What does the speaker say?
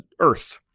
Earth